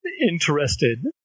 interested